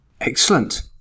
Excellent